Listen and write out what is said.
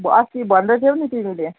अँ अस्ति भन्दैथियौ नि तिमीले